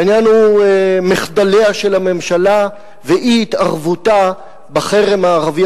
והעניין הוא מחדליה של הממשלה ואי-התערבותה בחרם הערבי